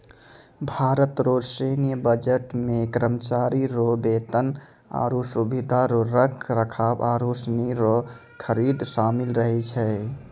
भारत रो सैन्य बजट मे करमचारी रो बेतन, आरो सुबिधा रो रख रखाव आरू सनी रो खरीद सामिल रहै छै